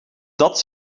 dat